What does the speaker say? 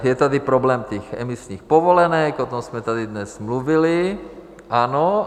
Je tady problém emisních povolenek, o tom jsme tady dnes mluvili, ano.